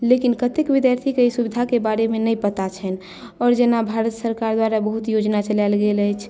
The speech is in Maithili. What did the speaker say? लेकिन कतेक विद्यार्थीकेॅं ई सुविधाके बारेमे नहि पता छनि आओर जेना भारत सरकार द्वारा बहुत योजना चलायल गेल अछि